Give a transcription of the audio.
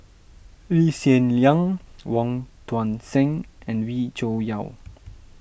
Lee Hsien Yang Wong Tuang Seng and Wee Cho Yaw